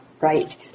right